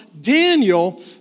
Daniel